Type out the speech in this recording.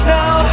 now